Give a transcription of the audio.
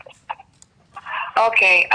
אוקי,